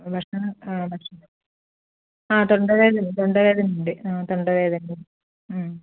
ഭക്ഷണം ആ ഭക്ഷണം ആ തൊണ്ടവേദന തൊണ്ടവേദനയുണ്ട് തൊണ്ടവേദനയും